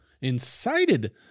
incited